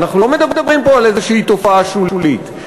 אנחנו לא מדברים פה על איזושהי תופעה שולית.